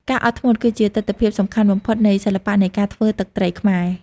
ការអត់ធ្មត់ គឺជាទិដ្ឋភាពសំខាន់បំផុតនៃសិល្បៈនៃការធ្វើទឹកត្រីខ្មែរ។